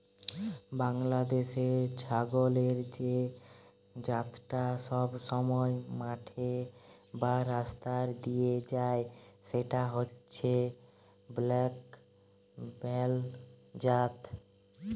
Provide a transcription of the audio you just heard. বাংলাদেশের ছাগলের যে জাতটা সবসময় মাঠে বা রাস্তা দিয়ে যায় সেটা হচ্ছে ব্ল্যাক বেঙ্গল জাত